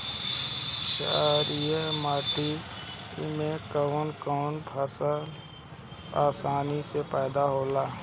छारिया माटी मे कवन कवन फसल आसानी से पैदा होला?